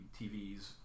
TVs